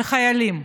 על החיילים.